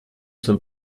zum